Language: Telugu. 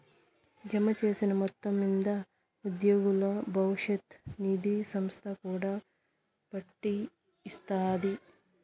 జమచేసిన మొత్తం మింద ఉద్యోగుల బవిష్యత్ నిది సంస్త కూడా ఒడ్డీ ఇస్తాది